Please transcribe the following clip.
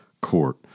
court